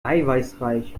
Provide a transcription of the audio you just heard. eiweißreich